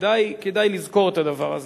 כדאי לזכור את הדבר הזה,